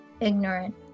ignorant